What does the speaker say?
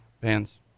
bands